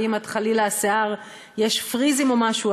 ואם חלילה בשיער יש פריזים או משהו,